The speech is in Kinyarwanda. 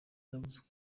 zavuze